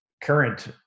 current